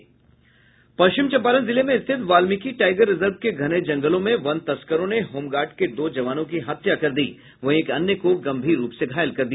पश्चिम चंपारण जिले में स्थित बाल्मीकी टाइगर रिजर्व के घने जंगलों में वन तस्करों ने होमगार्ड के दो जवानों की हत्या कर दी वहीं एक अन्य को गंभीर रूप से घायल कर दिया